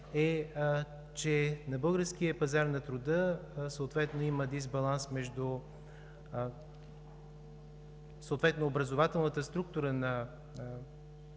е, че на българския пазар на труда съответно има дисбаланс между образователната структура на